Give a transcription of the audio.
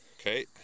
Okay